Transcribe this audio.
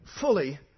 fully